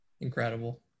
incredible